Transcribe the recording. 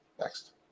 Next